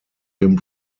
him